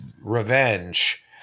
revenge